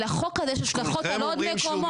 כי לחוק הזה יש השלכות על עוד מקומות.